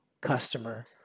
customer